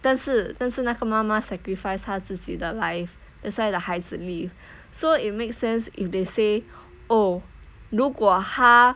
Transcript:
但是但是那个妈妈 sacrificed 她自己的 life that's why the 孩子 lived so it makes sense if they say oh 如果她